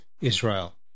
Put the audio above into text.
Israel